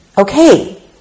Okay